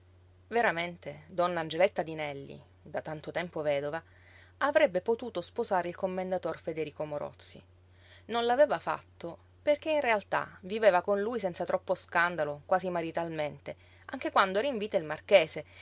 veramente donna angeletta dinelli da tanto tempo vedova avrebbe potuto sposare il commendator federico morozzi non l'aveva fatto perché in realtà viveva con lui senza troppo scandalo quasi maritalmente anche quando era in vita il marchese